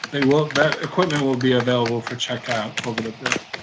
they will. that equipment will be available for checkout over the break.